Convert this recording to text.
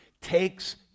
takes